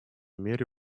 мере